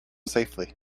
safely